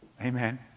Amen